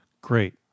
Great